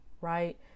right